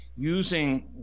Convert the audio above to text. Using